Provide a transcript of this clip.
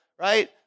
right